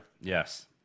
Yes